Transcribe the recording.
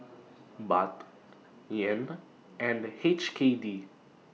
Baht Yen and H K D